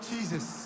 Jesus